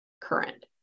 current